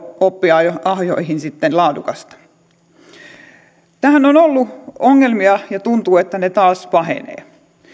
opinahjoihin sitten laadukasta tässähän on ollut ongelmia ja tuntuu että ne taas pahenevat